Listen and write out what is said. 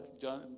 John